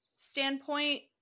standpoint